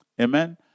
Amen